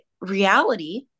reality